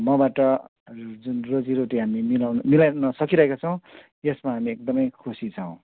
मबाट जुन रोजीरोटी हामीले मिलाउन मिलाउन सकिरहेका छौँ यसमा हामी एकदमै खुसी छौँ